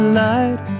light